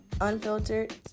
unfiltered